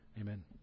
Amen